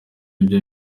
bye